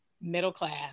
middle-class